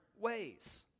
ways